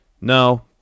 No